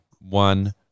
one